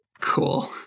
Cool